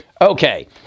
Okay